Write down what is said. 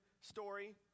story